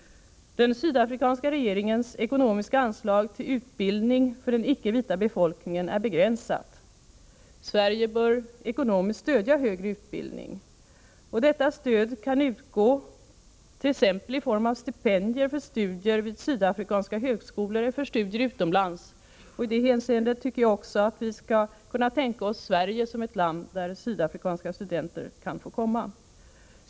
Den sydafrikanska regeringens ekonomiska anslag till utbildning för den icke-vita befolkningen är begränsade. .Sverige bör ekonomiskt stödja högre utbildning. Detta stöd kan utgå t.ex. i form av stipendier för studier vid sydafrikanska högskolor eller för studier utomlands — jag tycker att vi i det hänseendet skall kunna tänka oss Sverige som ett land dit sydafrikanska studenter kan få komma.